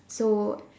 so